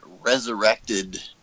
resurrected